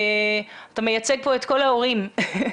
אתה מייצג פה את כל ההורים.